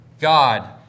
God